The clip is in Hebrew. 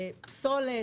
פסולת.